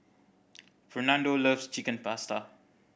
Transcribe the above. Fernando loves Chicken Pasta